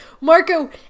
Marco